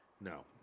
No